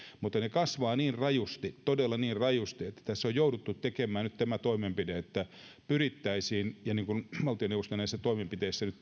mutta ne kasvavat niin rajusti todella niin rajusti että tässä on jouduttu tekemään nyt tämä toimenpide että pyrittäisiin niin kuin valtioneuvosto näissä toimenpiteissä nyt